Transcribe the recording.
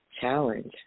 challenge